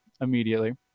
immediately